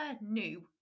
new